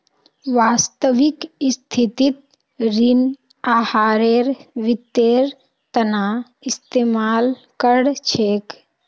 वास्तविक स्थितित ऋण आहारेर वित्तेर तना इस्तेमाल कर छेक